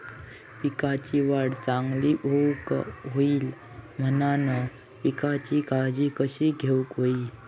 पिकाची वाढ चांगली होऊक होई म्हणान पिकाची काळजी कशी घेऊक होई?